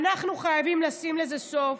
אנחנו חייבים לשים לזה סוף.